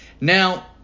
Now